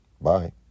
Bye